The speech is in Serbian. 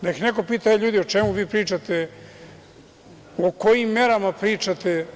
Neka neko pita – ljudi, o čemu vi pričate, o kojim merama pričate?